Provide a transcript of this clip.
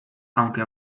aunque